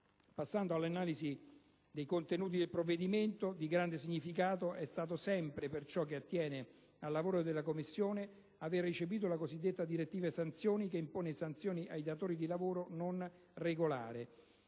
Passando all'analisi dei contenuti del provvedimento, di grande significato è stato, sempre per ciò che attiene al lavoro della Commissione, aver recepito la cosiddetta direttiva sanzioni, che impone sanzioni ai datori di lavoro non regolare.